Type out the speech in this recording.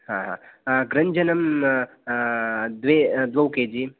हा हा ग्रञ्जनं द्वे द्वौ केजि